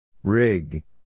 Rig